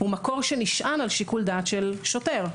הוא מקור שנשען על שיקול הדעת של שוטר,